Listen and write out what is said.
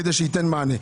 כדי שייתן מענה.